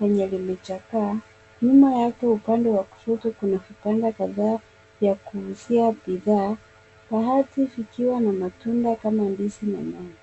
lenye limechakaa nyuma yake upande wa kushoto kuna vibanda kadhaa vya kuuzia bidhaa baadhi zikiwa na matunda kama ndizi na nyanya.